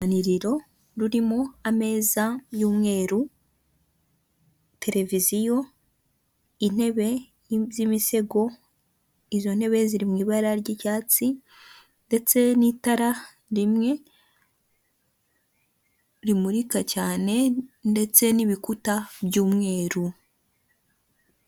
Ni inyubako irereye i Kigali Kabeza bari kutwereka ko ifite igikoni kigezweho, iyi nzu ikigaragara cyo iri kugurishwa kuko bari kutwereka ko ufite amadolari magana atanu mirongo itanu wabona iyi nzu, irimo ibikoresho bitandukanye, irimo ahantu bashobora gutekera n'aho bashobora gukarabira, harimo n'utubati.